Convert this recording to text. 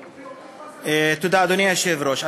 תודה, אדוני היושב-ראש.